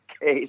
case